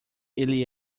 ele